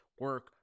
Work